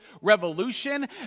revolution